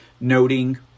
noting